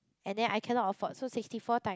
and then I cannot afford so sixty four time